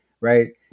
right